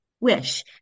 wish